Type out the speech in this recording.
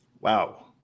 wow